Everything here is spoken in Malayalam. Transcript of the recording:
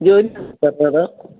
ജോലി സ്ഥലത്താണോ സാറേ